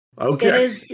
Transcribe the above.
Okay